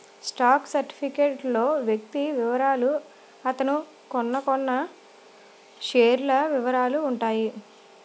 stock certificate లో వ్యక్తి వివరాలు అతను కొన్నకొన్న షేర్ల వివరాలు ఉంటాయి